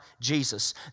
Jesus